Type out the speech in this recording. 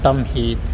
تمہید